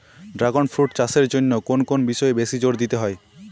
Dragon fruit চাষের জন্য কোন কোন বিষয়ে বেশি জোর দিতে হয়?